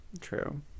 true